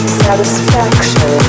satisfaction